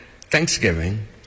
Thanksgiving